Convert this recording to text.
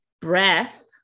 breath